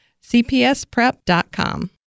CPSPrep.com